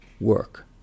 work